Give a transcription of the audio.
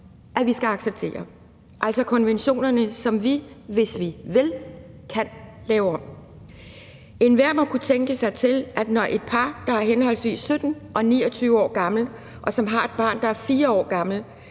at vi skal acceptere det, altså, de konventioner, som vi, hvis vi vil, kan lave om. Enhver må kunne tænke sig til, at et par på henholdsvis 17 og 29 år, som har et barn, der er 4 år gammelt,